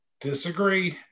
Disagree